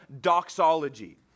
doxology